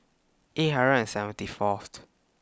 eight hundred and seventy Fourth